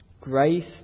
grace